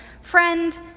Friend